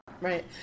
Right